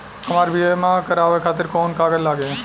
हमरा बीमा करावे खातिर कोवन कागज लागी?